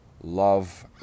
love